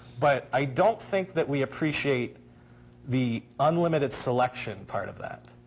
but i don't think that we appreciate the unlimited selection part of that.